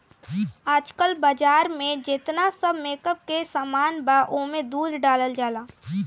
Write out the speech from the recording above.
आजकल बाजार में जेतना सब मेकअप के सामान बा ओमे दूध डालल जाला